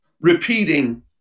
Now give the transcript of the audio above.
repeating